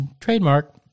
Trademark